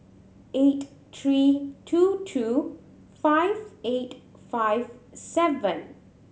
eight three two two five eight five seven